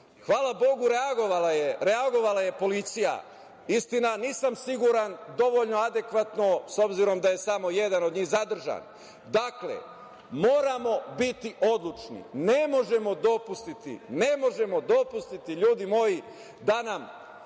Hvala Bogu, reagovala je policija. Istina, nisam siguran da li dovoljno adekvatno, s obzirom da je samo jedan od njih zadržan. Dakle, moramo biti odlučni, ne možemo dopustiti, ljudi moji, da nam